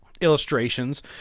illustrations